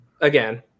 again